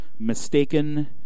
Mistaken